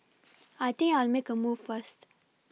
I think I'll make a move first